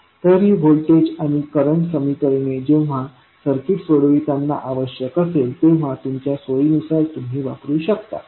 तर ही व्होल्टेज आणि करंट समीकरणे जेव्हा सर्किट सोडवताना आवश्यक असेल तेव्हा तुमच्या सोयीनुसार तुम्ही वापरू शकता